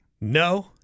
No